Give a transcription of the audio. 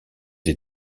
des